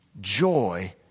joy